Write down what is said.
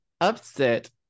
upset